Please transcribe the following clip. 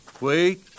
Wait